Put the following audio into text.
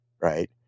right